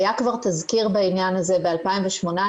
היה כבר תזכיר בעניין הזה ב-2018,